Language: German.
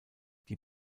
die